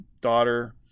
daughter